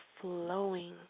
flowing